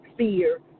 fear